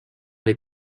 les